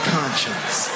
conscience